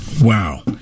Wow